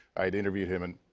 i'd interviewed him, and